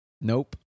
Nope